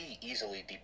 easily